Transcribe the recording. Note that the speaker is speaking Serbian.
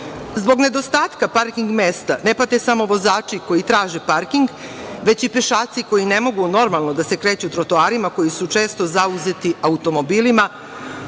nedostatka parking mesta ne pate samo vozači koji traže parking, već i pešaci koji ne mogu normalno da se kreću trotoarima koji su često zauzeti automobilima,